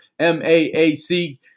MAAC